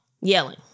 yelling